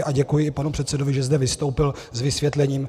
A děkuji i panu předsedovi, že zde vystoupil s vysvětlením.